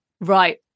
Right